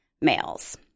males